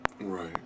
Right